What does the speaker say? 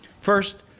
First